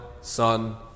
Son